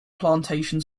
plantation